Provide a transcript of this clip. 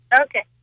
Okay